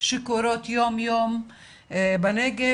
שקורות יום יום בנגב,